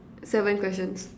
seven questions